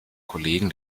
kollegen